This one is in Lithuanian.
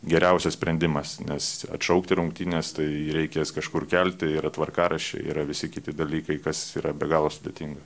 geriausias sprendimas nes atšaukti rungtynes tai reikės kažkur kelti yra tvarkaraščiai yra visi kiti dalykai kas yra be galo sudėtinga